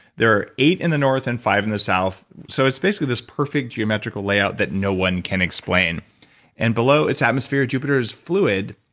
there are eight in the north and five in the south so it's basically this perfect yeah layout that no one can explain and below its atmosphere, jupiter is fluid,